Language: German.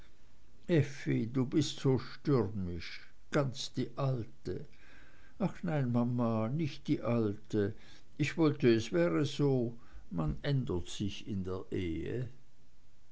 du bist so stürmisch ganz die alte ach nein mama nicht die alte ich wollte es wäre so man ändert sich in der ehe